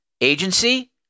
agency